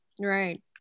Right